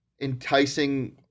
enticing